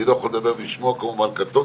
אני לא יכול לדבר בשמו כמובן, קטונתי.